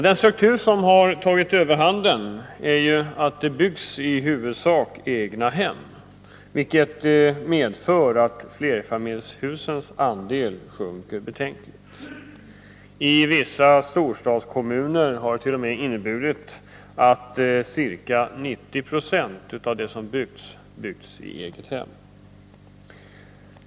Den struktur som har tagit överhanden är att det byggs i huvudsak egnahem, vilket medför att flerfamiljshusens andel sjunker betänkligt. I vissa storstadskommuner har det t.o.m. inneburit att ca 90 Zo byggs i egnahem.